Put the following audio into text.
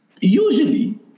usually